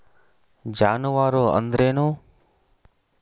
ಜಾನುವಾರು ಅಂದ್ರೇನು?